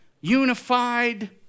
unified